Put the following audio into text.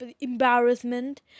embarrassment